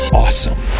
awesome